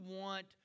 want